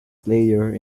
player